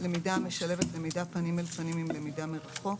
למידה המשלבת למידה פנים אל פנים עם למידה מרחוק.